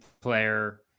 player